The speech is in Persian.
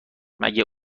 مگه